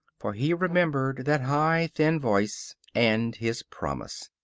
for he remembered that high, thin voice, and his promise.